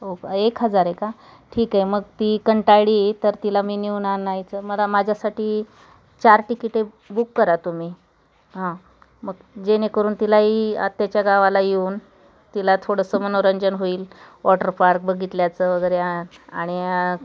हो का एक हजार आहे का ठीक आहे मग ती कंटाळली तर तिला मी नेऊन आणायचं मला माझ्यासाठी चार तिकिटे बुक करा तुम्ही हां मग जेणेकरून तिला ही आत्याच्या गावाला येऊन तिला थोडंसं मनोरंजन होईल वॉटर पार्क बघितल्याचं वगैरे आणि